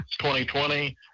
2020